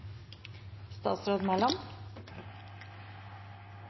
statsråd